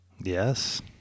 Yes